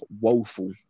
woeful